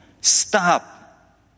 Stop